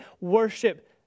worship